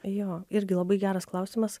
jo irgi labai geras klausimas